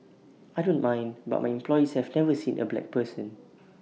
I don't mind but my employees have never seen A black person